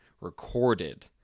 recorded